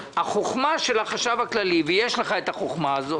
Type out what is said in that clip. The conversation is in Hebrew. החוכמה של החשב הכללי ויש לך את החוכמה הזאת,